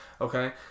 okay